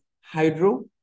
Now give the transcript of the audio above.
hydro